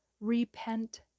Repent